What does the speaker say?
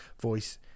voice